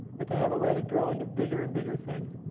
but they have a way to grow into bigger and bigger things.